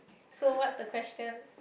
so what's the question